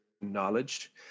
knowledge